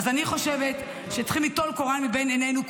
אז אני חושבת שצריכים ליטול קורה מבין עינינו,